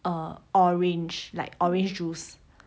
uh orange like orange juice